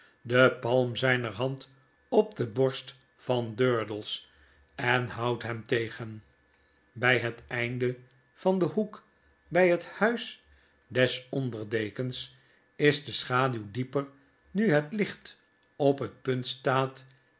de palm zijner hand op de borst van durdels en houdt hem tegen bg het einde van den hoek by het huis des onder dekens is de schaduw dieper nu het licht op het punt staat